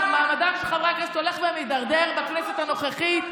מעמדם של חברי הכנסת הולך ומידרדר בכנסת הנוכחית.